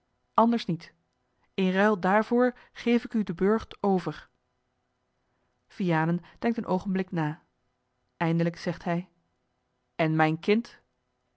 anders niet in ruil daarvoor geef ik u den burcht over vianen denkt een oogenblik na eindelijk zegt hij en mijn kind